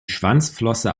schwanzflosse